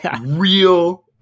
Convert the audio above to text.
real